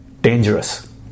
dangerous